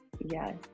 yes